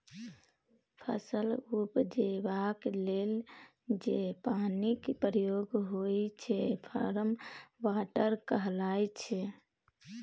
फसल उपजेबाक लेल जे पानिक प्रयोग होइ छै फार्म वाटर कहाइ छै